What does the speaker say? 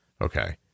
Okay